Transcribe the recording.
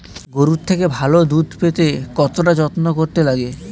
গরুর থেকে ভালো দুধ পেতে কতটা যত্ন করতে লাগে